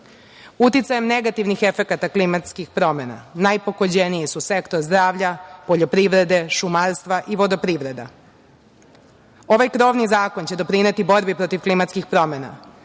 poplave. Uticajem negativnih efekata klimatskih promena najpogođeniji su sektor zdravlja, poljoprivrede, šumarstva i vodoprivrede. Ovaj krovni zakon će doprineti borbi protiv klimatskih promena